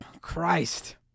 Christ